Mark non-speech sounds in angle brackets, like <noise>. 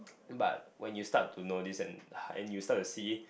but when you start to know this and <breath> you start to see